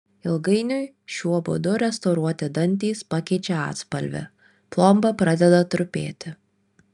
ilgainiui šiuo būdu restauruoti dantys pakeičia atspalvį plomba pradeda trupėti